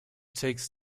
takes